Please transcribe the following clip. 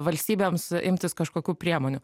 valstybėms imtis kažkokių priemonių